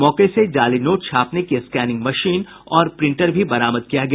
मौके से जाली नोट छापने की स्कैनिंग मशीन और प्रिंटर भी बरामद किया गया